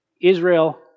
Israel